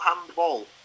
handball